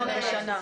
600 בשנה.